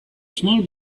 small